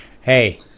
hey